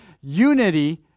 unity